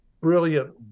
brilliant